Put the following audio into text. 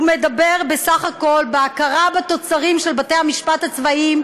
הוא מדבר בסך הכול על הכרה בתוצרים של בתי-המשפט הצבאיים,